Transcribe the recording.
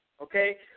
Okay